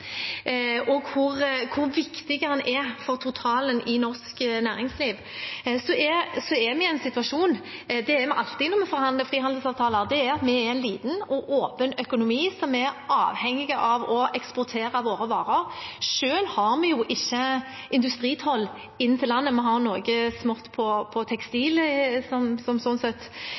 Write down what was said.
av hvor betydningsfull denne avtalen er, og hvor viktig den er for totalen i norsk næringsliv. Vi er i den situasjonen, som alltid når vi forhandler frihandelsavtaler, at vi er en liten og åpen økonomi som er avhengig av å eksportere våre varer. Selv har vi ikke industritoll inn til landet, vi har noe smått på tekstil, som sånn sett